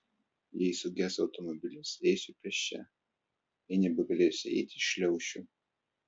jei suges automobilis eisiu pėsčia jei nebegalėsiu eiti šliaušiu